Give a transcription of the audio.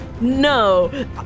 No